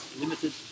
limited